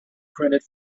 credit